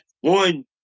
one